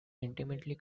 intimately